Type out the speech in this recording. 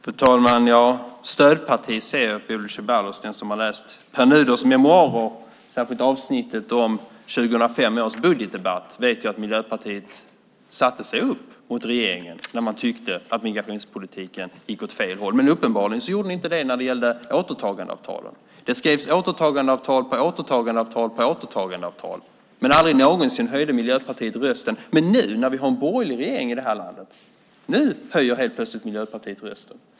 Fru talman! Stödparti, säger Bodil Ceballos. Den som har läst Pär Nuders memoarer, särskilt avsnittet om 2005 års budgetdebatt vet att Miljöpartiet satte sig upp mot regeringen när man tyckte att migrationspolitiken gick åt fel håll. Men uppenbarligen gjorde ni inte det när det gällde återtagandeavtalen. Det skrevs återtagandeavtal på återtagandeavtal, men aldrig någonsin höjde Miljöpartiet rösten. Nu när vi har en borgerlig regering i det här landet höjer helt plötsligt Miljöpartiet rösten.